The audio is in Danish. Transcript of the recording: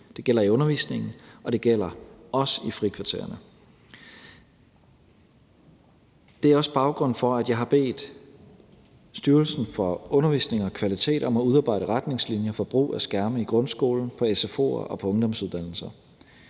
Det gælder i undervisningen, og det gælder også i frikvartererne. Det er også baggrunden for, at jeg har bedt Styrelsen for Undervisning og Kvalitet om at udarbejde retningslinjer for brug af skærme i grundskolen, på sfo'er og på ungdomsuddannelser.